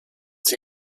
sie